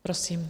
Prosím.